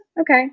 okay